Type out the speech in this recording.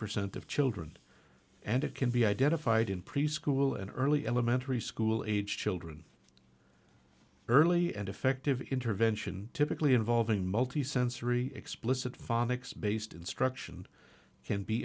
percent of children and it can be identified in preschool and early elementary school age children early and effective intervention typically involving multisensory explicit phonics based instruction can be